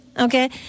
Okay